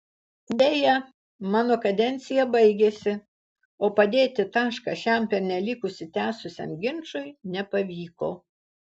deja mano kadencija baigėsi o padėti tašką šiam pernelyg užsitęsusiam ginčui nepavyko